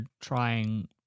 trying